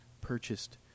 purchased